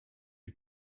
lui